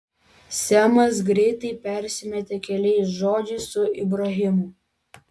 semas greitai persimetė keliais žodžiais su ibrahimu